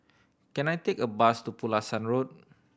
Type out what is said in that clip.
can I take a bus to Pulasan Road